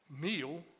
meal